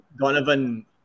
Donovan